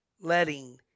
letting